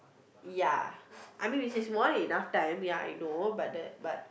ya I mean which is more than enough time ya I know but the but